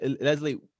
Leslie